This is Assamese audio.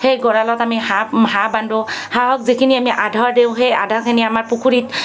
সেই গঁৰালত আমি হাঁহ হাঁহ বান্ধো হাঁহক যিখিনি আমি আধাৰ দিওঁ সেই আধাৰখিনি আমাৰ পুখুৰীত